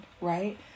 Right